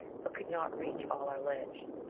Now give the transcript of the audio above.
but could not reach all our ledge.